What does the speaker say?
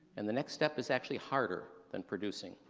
and the next step is actually harder than producing